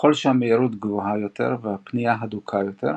ככל שהמהירות גבוהה יותר והפנייה הדוקה יותר,